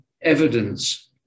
evidence